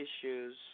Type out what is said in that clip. issues